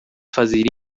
fazer